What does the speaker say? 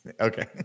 Okay